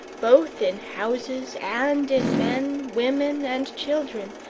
both in houses and in men, women, and children,